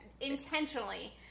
Intentionally